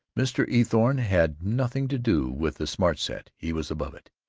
mr. eathorne had nothing to do with the smart set. he was above it.